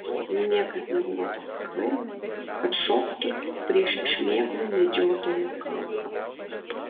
niekas nebuvo toks kvailas kad šoktų prieš šmėklų medžiotojo kauką